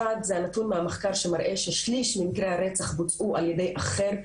אחד זה הנתון מהמחקר שמראה ששליש ממקרי הרצח בוצעו על ידי אחר,